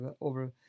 over